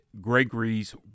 Gregory's